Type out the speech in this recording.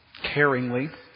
caringly